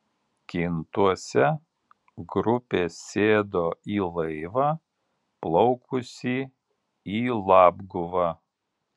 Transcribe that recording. kintuose grupė sėdo į laivą plaukusį į labguvą